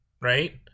right